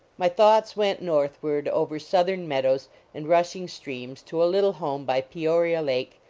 my thoughts went northward over southern meadows and rushing streams to a little home by peoria lake,